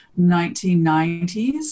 1990s